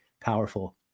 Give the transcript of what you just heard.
powerful